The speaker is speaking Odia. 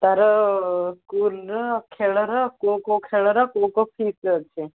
ତା'ର ସ୍କୁଲ୍ର ଖେଲର କେଉଁ କେଉଁ ଖେଳର କେଉଁ କେଉଁ ଫିଲ୍ଡ଼ରେ ଅଛି